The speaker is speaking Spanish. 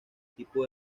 tipo